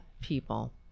people